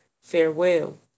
Farewell